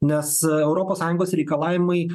nes europos sąjungos reikalavimai